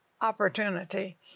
opportunity